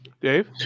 Dave